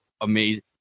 amazing